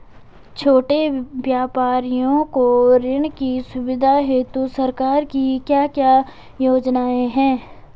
छोटे व्यापारियों को ऋण की सुविधा हेतु सरकार की क्या क्या योजनाएँ हैं?